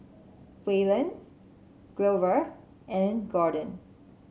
Waylon Glover and Gordon